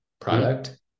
Product